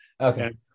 Okay